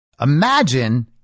Imagine